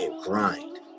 grind